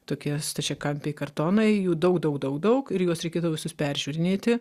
tokie stačiakampiai kartonai jų daug daug daug daug ir juos reikėdavo visus peržiūrinėti